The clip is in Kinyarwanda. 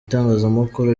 itangazamakuru